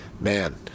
man